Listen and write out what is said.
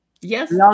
Yes